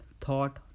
thought